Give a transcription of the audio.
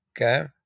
okay